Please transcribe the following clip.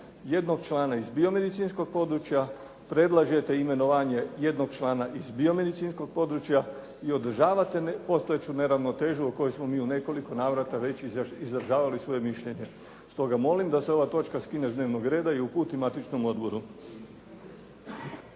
jednog člana iz biomedicinskog područja, predlažete imenovanje jednog člana iz biomedicinskog područja i održavate već postojeću neravnotežu o kojoj smo mi u nekoliko već izražavali svoje mišljenje. Stoga molim da se ova točka skine s dnevnog reda i uputi matičnom uredu.